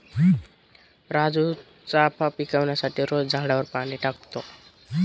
राजू चाफा पिकवण्यासाठी रोज झाडावर पाणी टाकतो